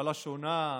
ממשלה שונה,